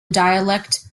dialect